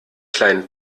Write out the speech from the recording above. kleinen